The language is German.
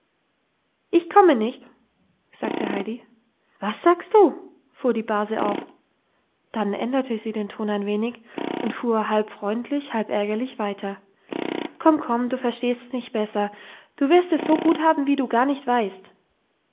ich komme nicht sagte heidi was sagst du fuhr die base auf dann änderte sie den ton ein wenig und fuhr halb freundlich halb ärgerlich weiter komm komm du verstehst's nicht besser du wirst es so gut haben wie du gar nicht weißt